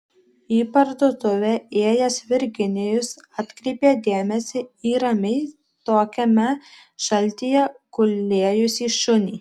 į parduotuvę ėjęs virginijus atkreipė dėmesį į ramiai tokiame šaltyje gulėjusį šunį